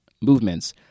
movements